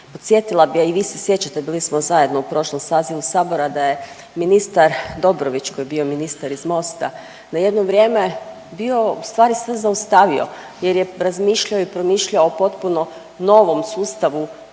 podsjetila bih a i vi se sjećate bili smo zajedno u prošlom sazivu Sabora da je ministar Dobrović koji je bio ministar iz MOST-a na jedno vrijeme bio u stvari sve zaustavio, jer je razmišljao i promišljao o potpuno novom sustavu